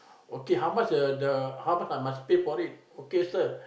okay how much the the how much I must pay for it okay sir